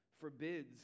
forbids